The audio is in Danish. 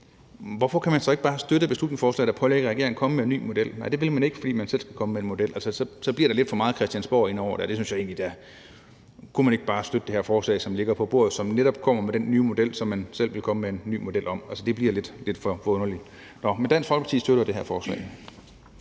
hvorfor kan man så ikke bare støtte beslutningsforslaget, der pålægger regeringen at komme med en ny model? Nej, det vil man ikke, fordi man selv skal komme med en model. Altså, så kommer der lidt for meget Christiansborg ind over det. Kunne man ikke bare støtte det her forslag, som ligger på bordet, og som netop kommer med den nye model, som man selv vil komme med? Altså, det bliver lidt for underligt. Men Dansk Folkeparti støtter det her forslag.